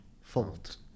Fault